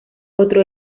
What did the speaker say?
otro